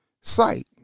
sight